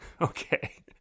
Okay